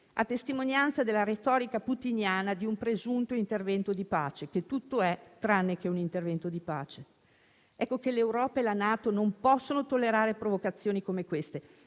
a testimonianza della retorica putiniana di un presunto intervento di pace, che tutto è tranne che un intervento di pace. Ecco che l'Europa e la NATO non possono tollerare provocazioni come queste,